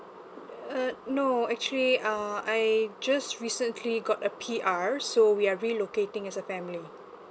uh no actually uh I just recently got a P_R so we are relocating as a family